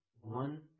One